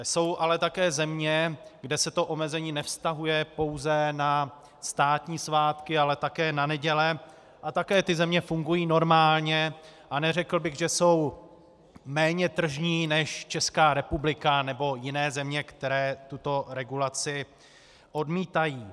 Jsou ale také země, kde se to omezení nevztahuje pouze na státní svátky, ale také na neděle a také tyto země fungují normálně a neřekl bych, že jsou méně tržní než Česká republika nebo jiné země, které tuto regulaci odmítají.